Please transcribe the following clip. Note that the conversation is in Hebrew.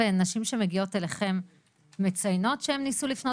נשים שמגיעות אליכם מציינות שהן ניסו להגיע